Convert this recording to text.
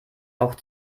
auch